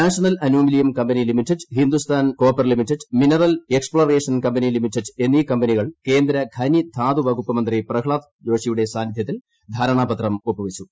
national Aluminium Company Limited Hindustan Copper Limited Mineral Exploration Company Limited എന്നീ കമ്പനികൾ ക്ടേന്ദ്രി ഖ്യനി ധാതു വകുപ്പ് മന്ത്രി പ്രഹ്ലാദ് ജോഷിയുടെ സാന്നിധ്യത്തിൽ ധാരണാപത്രം ഒപ്പുവച്ചു